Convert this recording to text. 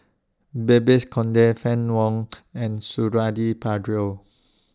Babes Conde Fann Wong and Suradi Parjo